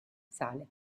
sale